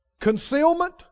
Concealment